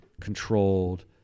controlled